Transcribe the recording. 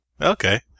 Okay